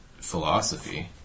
philosophy